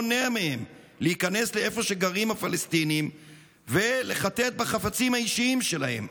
לא מונע מהם להיכנס לאיפה שגרים הפלסטינים ולחטט בחפצים האישיים שלהם.